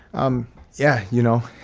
um yeah. you know,